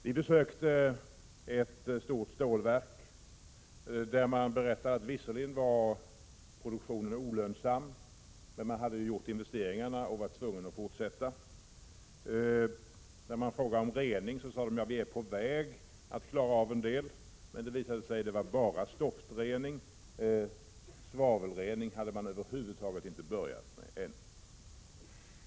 Vi besökte ett stort stålverk, där man berättade att produktionen visserligen var olönsam men att man var tvungen att fortsätta därför att investeringar hade gjorts. När vi frågade om reningen sades att man var på väg att klara en del. Det visade sig att det bara var stoftrening och att man över huvud taget inte hade börjat med svavelrening.